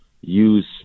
use